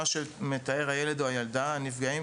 מה שמתאר הילד או הילדה הנפגעים,